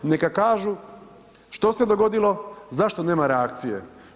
Neka kažu što se dogodilo, zašto nema reakcije?